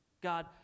God